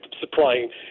supplying